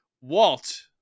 walt